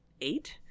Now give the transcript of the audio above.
eight